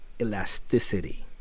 elasticity